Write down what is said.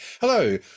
Hello